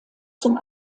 zum